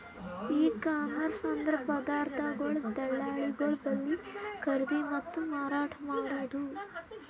E commerce ಅಂದ್ರ ಪದಾರ್ಥಗೊಳ್ ದಳ್ಳಾಳಿಗೊಳ್ ಬಲ್ಲಿ ಖರೀದಿ ಮತ್ತ್ ಮಾರಾಟ್ ಮಾಡದು